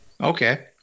Okay